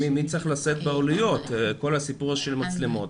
מי צריך לשאת בעלויות בכל הסיפור של המצלמות.